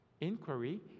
inquiry